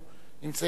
נמצאים נבוכים.